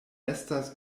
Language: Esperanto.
estas